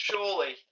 Surely